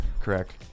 Correct